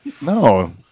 No